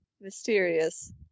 Mysterious